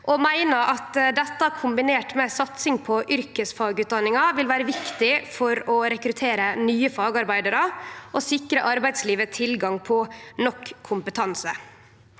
og meiner at dette, kombinert med ei satsing på yrkesfagutdanninga, vil vere viktig for å rekruttere nye fagarbeidarar og sikre arbeidslivet tilgang på nok kompetanse.